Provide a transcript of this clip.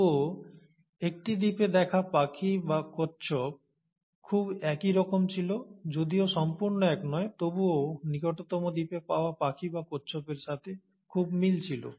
তবুও একটি দ্বীপে দেখা পাখি বা কচ্ছপ খুব একই রকম ছিল যদিও সম্পূর্ণ এক নয় তবুও নিকটতম দ্বীপে পাওয়া পাখি বা কচ্ছপের সাথে খুব মিল ছিল